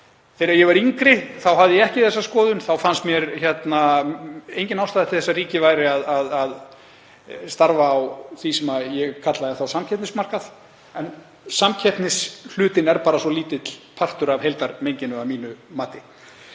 Þegar ég var yngri hafði ég ekki þá skoðun. Þá fannst mér engin ástæða til þess að ríkið starfaði á því sem ég kallaði þá samkeppnismarkað, en samkeppnishlutinn er bara svo lítill partur af heildarmyndinni að mínu mati.